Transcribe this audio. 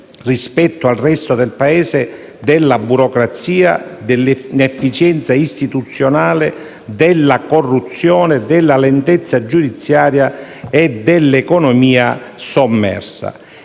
rispetto al resto del Paese, della burocrazia, dell'inefficienza istituzionale, della corruzione, della lentezza giudiziaria e dell'economia sommersa.